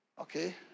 Okay